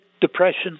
Depression